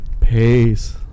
Peace